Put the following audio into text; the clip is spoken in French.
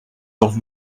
leurs